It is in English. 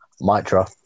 Mitra